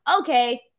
okay